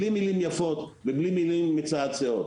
בלי מילים יפות ובלי מילים מצועצעות.